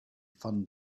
fun